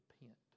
Repent